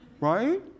Right